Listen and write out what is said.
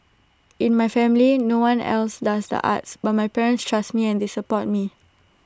in my family no one else does the arts but my parents trust me and they support me